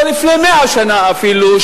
או לפני 100 שנה אפילו,